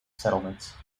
settlement